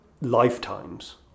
lifetimes